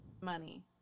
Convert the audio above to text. Money